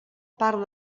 part